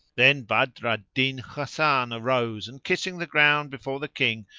then badr al-din hasan arose and, kissing the ground before the king,